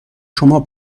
شما